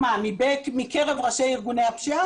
מקרב ראשי ארגוני הפשיעה?